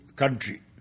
country